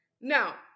now